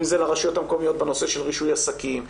אם זה לרשויות המקומיות בנושא של רישוי העסקים,